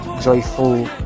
joyful